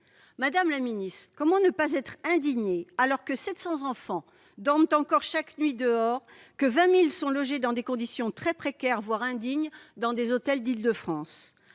Madame la ministre, comment ne pas être indigné quand 700 enfants dorment dehors chaque nuit et quand 20 000 enfants sont logés dans des conditions très précaires voire indignes, dans des hôtels d'Île-de-France ?